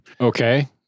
Okay